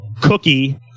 Cookie